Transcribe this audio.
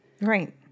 Right